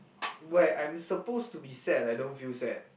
where I'm supposed to be sad I don't feel sad